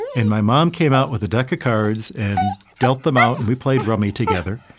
and my mom came out with a deck of cards and dealt them out, and we played rummy together.